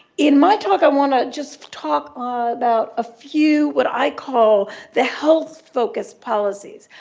in my talk, i want to just talk about a few, what i call, the health-focused policies.